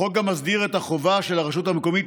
החוק גם מסדיר את החובה של הרשות המקומית